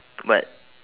but